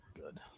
good